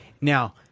Now